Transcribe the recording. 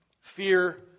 Fear